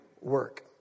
work